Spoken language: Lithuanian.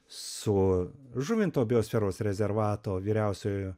su žuvinto biosferos rezervato vyriausiuoju